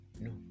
no